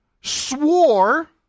swore